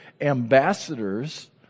ambassadors